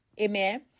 Amen